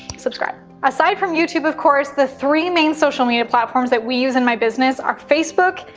subscribe. aside from youtube, of course, the three main social media platforms that we use in my business are facebook,